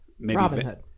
Robinhood